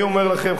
אני אומר לכם,